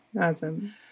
Awesome